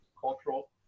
cultural